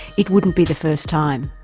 it wouldn't be the first time.